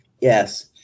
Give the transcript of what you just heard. Yes